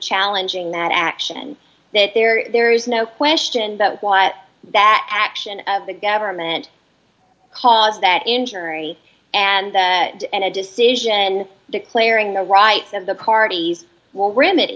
challenging that action that there is there is no question that what that action the government cause that injury and that and a decision declaring the rights of the parties will re